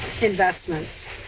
investments